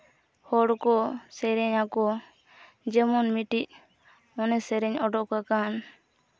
ᱦᱚᱲ ᱠᱚ ᱥᱮᱨᱮᱧ ᱟᱠᱚᱣᱟ ᱡᱮᱢᱚᱱ ᱢᱤᱫᱴᱤᱡ ᱚᱱᱮ ᱥᱮᱨᱮᱧ ᱚᱰᱚᱠ ᱟᱠᱟᱱ